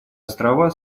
острова